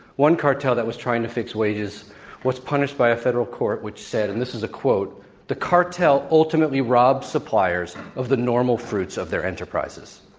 one cartel that was trying to fix wages was punished by a federal court, which said and this is a quote the cartel ultimately robbed suppliers of the normal fruits of their enterprises.